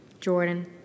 Jordan